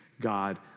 God